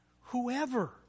whoever